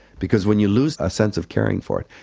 because when you lose a sense of caring for it,